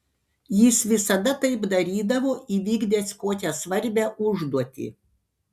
jis visada taip darydavo įvykdęs kokią svarbią užduotį